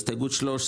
הסתייגות 13,